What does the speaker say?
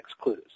clues